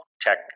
tech